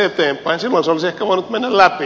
silloin se olisi ehkä voinut mennä läpi